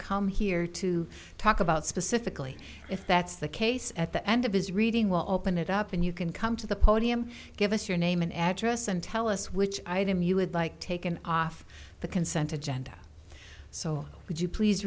come here to talk about specifically if that's the case at the end of his reading we'll open it up and you can come to the podium give us your name and address and tell us which item you would like taken off the consent agenda so would you please